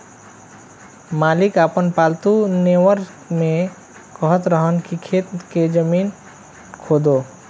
मालिक आपन पालतु नेओर के कहत रहन की खेत के जमीन खोदो